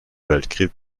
weltkrieg